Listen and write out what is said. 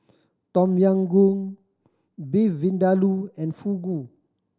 Tom Yam Goong Beef Vindaloo and Fugu